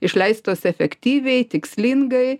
išleistos efektyviai tikslingai